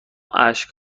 اشک